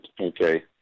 okay